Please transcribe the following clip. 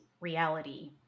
reality